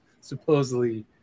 supposedly